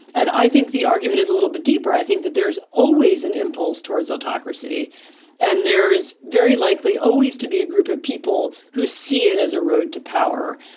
and i think the argument is a little bit deeper. i think that there's always an impulse towards autocracy and there's very likely always to be a group of people who see it as a road to power.